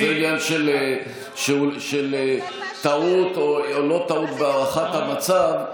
זה עניין של טעות או לא טעות בהערכת המצב,